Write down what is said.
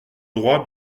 droit